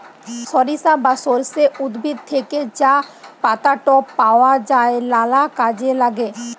সরিষা বা সর্ষে উদ্ভিদ থ্যাকে যা পাতাট পাওয়া যায় লালা কাজে ল্যাগে